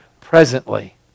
presently